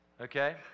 okay